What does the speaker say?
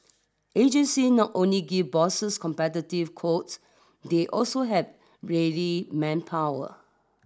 agencies not only give bosses competitive quotes they also have ready manpower